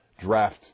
draft